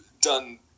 done